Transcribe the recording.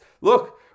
look